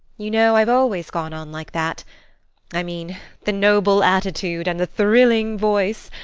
you know, i've always gone on like that i mean the noble attitude and the thrilling voice.